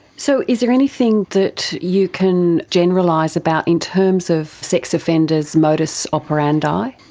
so is there anything that you can generalise about in terms of sex offenders' modus operandi?